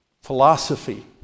Philosophy